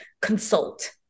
consult